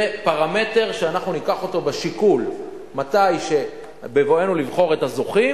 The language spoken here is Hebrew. זה פרמטר שאנחנו ניקח אותו בשיקול בבואנו לבחור את הזוכים,